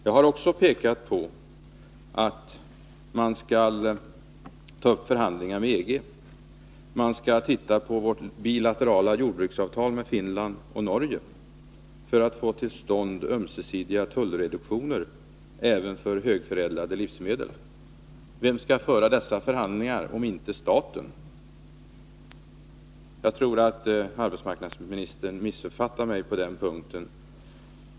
Jag har också föreslagit att man skall ta upp förhandlingar med EG och att man skall se över våra bilaterala jordbruksavtal med Finland och Norge för att få till stånd ömsesidiga tullreduktioner även för högförädlade livsmedel. Och vem skall föra dessa förhandlingar, om inte staten? Jag tror att arbetsmarknadsministern missuppfattade mig på den punkten.